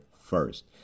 first